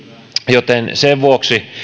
joten sen vuoksi